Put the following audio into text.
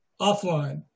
offline